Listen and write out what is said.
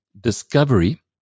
Discovery